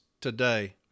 today